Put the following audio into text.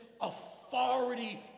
authority